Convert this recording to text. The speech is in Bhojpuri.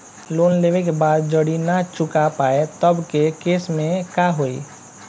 लोन लेवे के बाद जड़ी ना चुका पाएं तब के केसमे का होई?